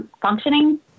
functioning